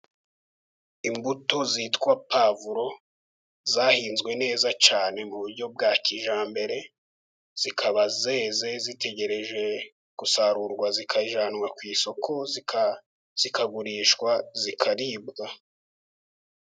Imbuto zitwa pavuro zahinzwe neza cyane mu buryo bwa kijyambere, zikaba zeze zitegereje gusarurwa zikajyanwa ku isoko, zikagurishwa, zikaribwa.